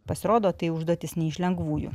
pasirodo tai užduotis ne iš lengvųjų